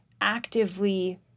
actively